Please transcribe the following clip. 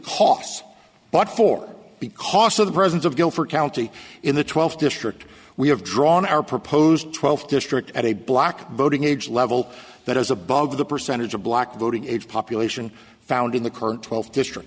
costs but for the cost of the presence of guilford county in the twelfth district we have drawn our proposed twelfth district at a block voting age level that is above the percentage of black voting age population found in the current twelfth district